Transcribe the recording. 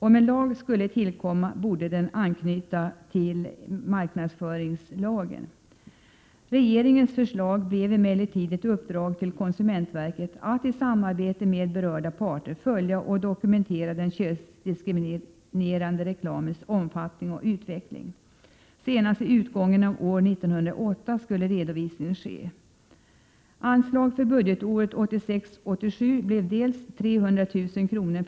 Om en lag skulle tillkomma borde den anknyta till marknadsföringslagen. Regeringens förslag blev emellertid ett uppdrag till konsumentverket att i samarbete med berörda parter följa och dokumentera den könsdiskriminerande reklamens omfattning och utveckling. Senast vid utgången av år 1988 skulle redovisning ske. Anslag för budgetåret 1986/87 blev dels 300 000 kr.